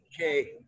Okay